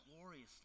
gloriously